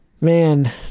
man